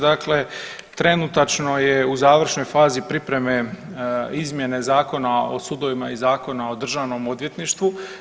Dakle, trenutačno je u završnoj fazi pripreme izmjene Zakona o sudovima i Zakona o državnom odvjetništvu.